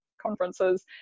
conferences